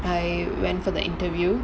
I went for the interview